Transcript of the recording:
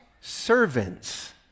servants